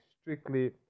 strictly